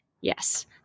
Yes